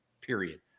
period